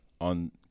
on